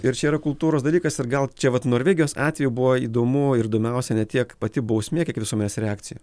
ir čia yra kultūros dalykas ir gal čia vat norvegijos atveju buvo įdomu ir įdomiausia ne tiek pati bausmė kiek visuomenės reakcija